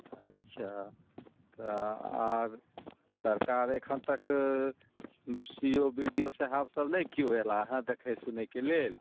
अच्छा तऽ आर सरकार एखन तक C O B D O साहेब सभ केओ नहि अयलनि हंँ एखन तक देखै सुनैके लेल